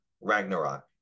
ragnarok